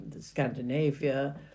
Scandinavia